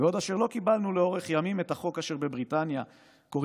בעוד אשר לא קיבלנו לאורך ימים את החוק אשר בבריטניה קוראים